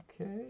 Okay